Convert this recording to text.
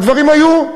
הדברים היו.